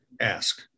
ask